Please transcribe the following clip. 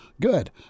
good